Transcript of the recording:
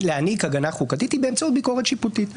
להעניק הגנה חוקתית, היא באמצעות ביקורת שיפוטית.